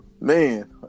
Man